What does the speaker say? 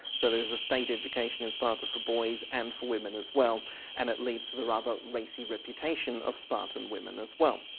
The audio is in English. so there is a state education in sparta for boys and for women as well and it leads to the rather racy reputation of spartan women as well.